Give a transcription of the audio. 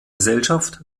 gesellschaft